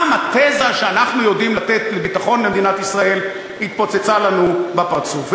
גם התזה שאנחנו יודעים לתת ביטחון למדינת ישראל התפוצצה לנו בפרצוף.